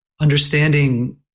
understanding